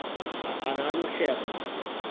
i will share them with you.